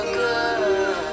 good